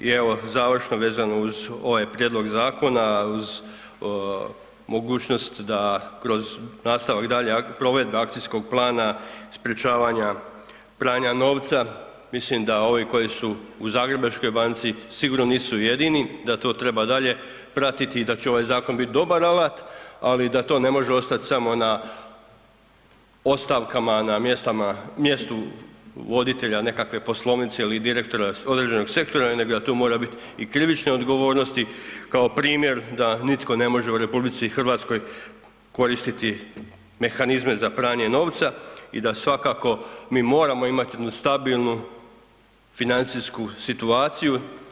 I evo završno vezano uz ovaj prijedlog zakona uz mogućnost da kroz nastavak daljnje provedbe Akcijskog plana sprečavanja pranja novca, mislim da su ovi koji su u Zagrebačkoj banci sigurno nisu jedini, da to treba dalje pratiti i da će ovaj zakon biti dobar alat, ali da to ne može ostati samo na ostavkama na mjestu voditelja nekakve poslovnice ili direktora određenog sektora nego da to mora biti i krivične odgovornosti kao primjer da nitko ne može u RH koristiti mehanizme za pranje novca i da svakako mi moramo imati stabilnu financijsku situaciju.